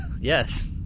Yes